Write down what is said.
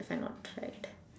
what I've not tried